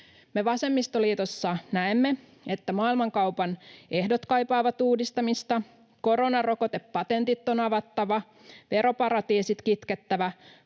Me vasemmistoliitossa näemme, että maailmankaupan ehdot kaipaavat uudistamista, koronarokotepatentit on avattava, veroparatiisit on kitkettävä,